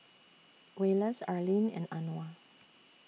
Wallace Arleen and Anwar